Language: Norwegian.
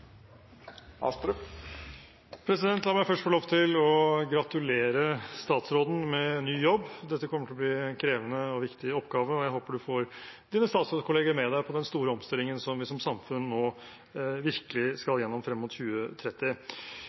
replikkordskifte. La meg først få lov til å gratulere statsråden med ny jobb. Dette kommer til å bli en krevende og viktig oppgave, og jeg håper du får dine statsrådskollegaer med deg på den store omstillingen som vi som samfunn nå virkelig skal gjennom frem mot 2030.